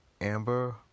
Amber